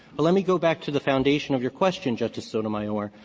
but let me go back to the foundation of your question, justice sotomayor,